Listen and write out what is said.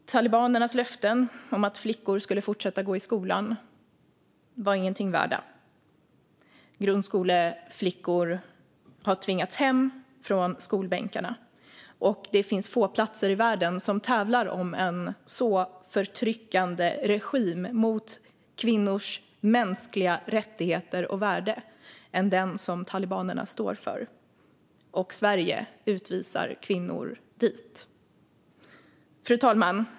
Talibanernas löfte om att flickor skulle få fortsätta att gå i skolan var inget värt, och grundskoleflickor har tvingats hem från skolbänkarna. Det finns få platser i världen med en sådan förtryckande regim mot kvinnors mänskliga rättigheter och värde som talibanernas Afghanistan, och Sverige utvisar kvinnor dit. Fru talman!